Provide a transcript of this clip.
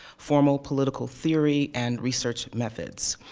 formal political theory, and research methods.